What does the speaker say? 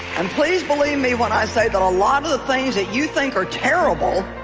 and please believe me when i say that a lot of the things that you think are terrible